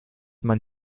man